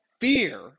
fear